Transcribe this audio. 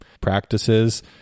practices